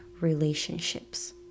relationships